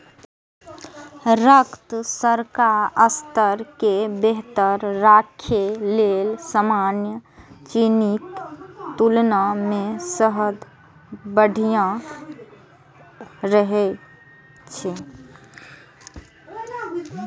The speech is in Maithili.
रक्त शर्करा स्तर कें बेहतर राखै लेल सामान्य चीनीक तुलना मे शहद बढ़िया रहै छै